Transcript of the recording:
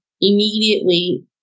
immediately